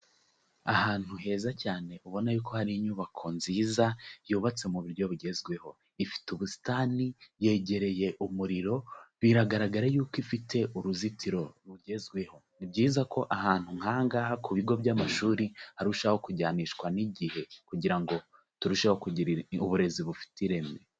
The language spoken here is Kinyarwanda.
Ahantu heza cyane ubona yuko hari inyubako nziza yubatse mu buryo bugezweho, ifite ubusitani, yegereye umuriro biragaragara yuko ifite uruzitiro rugezweho, ni byiza ko ahantu nk'aha ngaha ku bigo by'amashuri harushaho kujyanishwa n'igihe kugira ngo turusheho kugira uburezi bufite ireme.